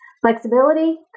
flexibility